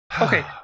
Okay